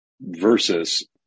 versus